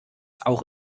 auch